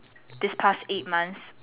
this past eight months